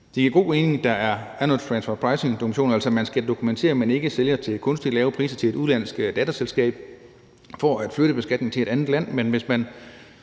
det giver god mening, at der er noget transfer pricing-dokumentation, altså at man skal dokumentere, at man ikke sælger til kunstigt lave priser til et udenlandsk datterselskab for at flytte beskatning til et andet land. Men hvis man